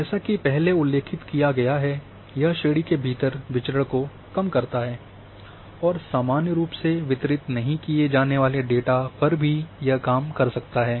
जैसा कि पहले उल्लेखित किया गया है यह श्रेणी के भीतर विचरण को कम करता है और सामान्य रूप से वितरित नहीं किए जाने वाले डेटा पर भी यह काम कर सकता है